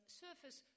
surface